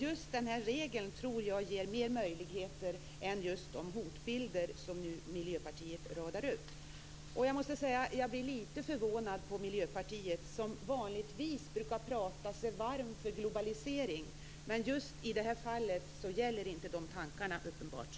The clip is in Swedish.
Just den här regeln tror jag ger mer möjligheter än vad den leder till de hotbilder som Miljöpartiet radar upp. Jag blir litet förvånad över Miljöpartiet, vars ledamöter vanligtvis brukar prata sig varma för globalisering. Just i det här fallet gäller uppenbarligen inte de tankarna.